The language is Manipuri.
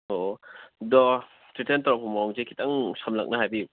ꯑꯣ ꯑꯣ ꯑꯗꯣ ꯊ꯭ꯔꯦꯇꯟ ꯇꯧꯔꯛꯄ ꯃꯑꯣꯡꯁꯦ ꯈꯤꯇꯪ ꯁꯝꯂꯞꯅ ꯍꯥꯏꯕꯤꯌꯨ